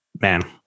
man